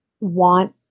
want